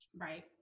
Right